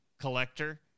collector